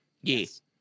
Yes